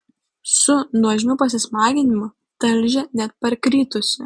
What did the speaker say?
su nuožmiu pasismaginimu talžė net parkritusį